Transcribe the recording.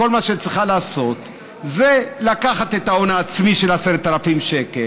כל מה שהיא צריכה לעשות זה לקחת את ההון העצמי של 10,000 שקל,